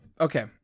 okay